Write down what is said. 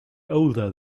older